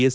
S